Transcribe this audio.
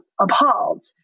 appalled